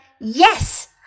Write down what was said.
yes